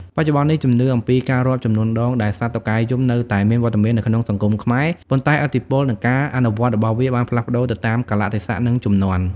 បច្ចុប្បន្ននេះ ជំនឿអំពីការរាប់ចំនួនដងដែលសត្វតុកែយំនៅតែមានវត្តមាននៅក្នុងសង្គមខ្មែរ ប៉ុន្តែឥទ្ធិពល និងការអនុវត្តរបស់វាបានផ្លាស់ប្ដូរទៅតាមកាលៈទេសៈ និងជំនាន់។